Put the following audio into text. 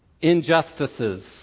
injustices